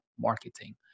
marketing